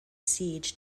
siege